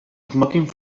smoking